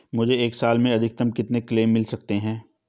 मुझे एक साल में अधिकतम कितने क्लेम मिल सकते हैं?